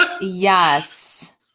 Yes